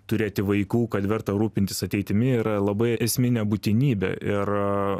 turėti vaikų kad verta rūpintis ateitimi yra labai esminė būtinybė ir